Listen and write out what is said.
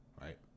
Right